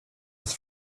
des